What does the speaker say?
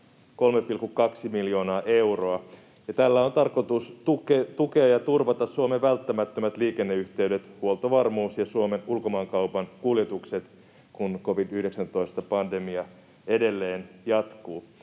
23,2 miljoonaa euroa, ja tällä on tarkoitus tukea ja turvata Suomen välttämättömät liikenneyhteydet, huoltovarmuus ja Suomen ulkomaankaupan kuljetukset, kun covid-19-pandemia edelleen jatkuu.